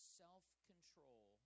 self-control